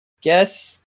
guess